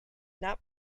not